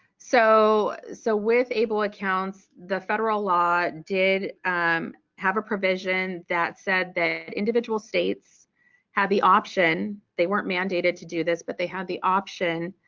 so so with able accounts the federal law did have a provision that said that individual states have the option, they weren't mandated to do this but they had the option,